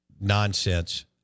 nonsense